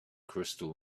crystal